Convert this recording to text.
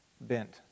Bent